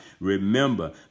remember